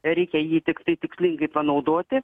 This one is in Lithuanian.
reikia jį tiktai tikslingai panaudoti